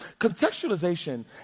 Contextualization